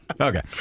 Okay